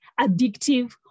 addictive